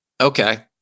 Okay